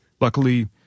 Luckily